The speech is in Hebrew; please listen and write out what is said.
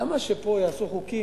כמה שיעשו פה חוקים,